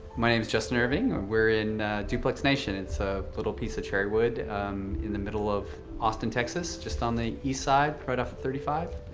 my name's justin irving, we're in duplex nation. it's a little piece of cherrywood in the middle of austin, texas, just on the east side, right off of thirty five.